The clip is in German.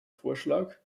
vorschlag